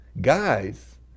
Guys